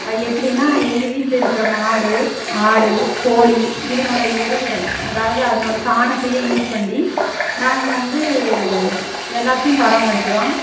அது எப்படின்னா எங்கள் வீட்டில் இருக்கிற மாடு ஆடு கோழி இதனோட எருவுகள் அதாவது அதனோட சாணத்தையே யூஸ் பண்ணி நாங்கள் வந்து எல்லாத்தையும் பராமரிக்கிறோம்